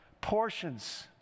portions